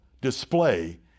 display